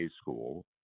school